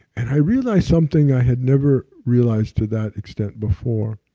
and i realized something i had never realized to that extent before,